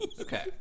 Okay